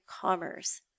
commerce